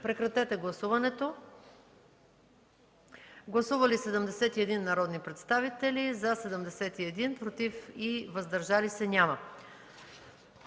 на гласуване. Гласували 83 народни представители: за 83, против и въздържали се няма.